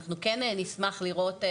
אנחנו כן נשמח לראות,